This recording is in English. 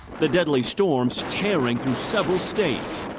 the deadly storms tearing through several states.